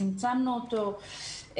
צמצמנו אותו,